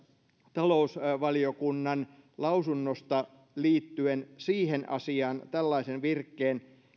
talousvaliokunnan lausunnosta liittyen siihen asiaan tällaisen virkkeen